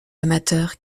amateur